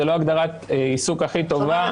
זה לא הגדרת עיסוק הכי טובה,